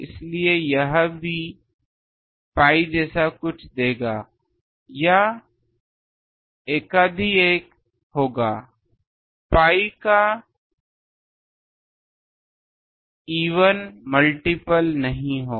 इसलिए जब भी यह pi जैसा कुछ देगा या एकाधिक होगा pi का इवन मल्टीप्ल नहीं होगा